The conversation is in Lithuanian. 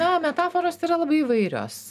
na metaforos yra labai įvairios